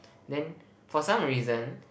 then for some reason